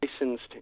licensed